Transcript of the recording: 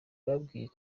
bakwiriye